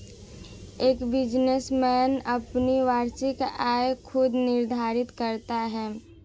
एक बिजनेसमैन अपनी वार्षिक आय खुद निर्धारित करता है